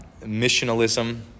missionalism